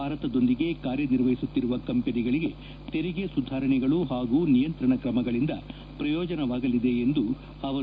ಭಾರತದೊಂದಿಗೆ ಕಾರ್ಯ ನಿರ್ವಹಿಸುತ್ತಿರುವ ಕಂಪನಿಗಳಿಗೆ ತೆರಿಗೆ ಸುಧಾರಣೆಗಳು ಹಾಗೂ ನಿಯಂತ್ರಣ ಕ್ರಮಗಳಿಂದ ಪ್ರಯೋಜನವಾಗಲಿದೆ ಎಂದರು